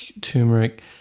turmeric